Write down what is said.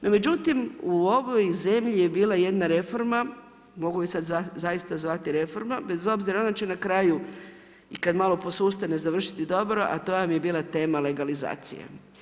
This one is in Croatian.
No međutim, u ovoj zemlji je bila jedna reforma, mogu je sada zaista zvati reforma bez obzira, ona će na kraju i kada malo posustane završiti dobro a to vam je bila tema legalizacije.